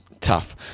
Tough